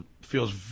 feels